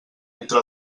entre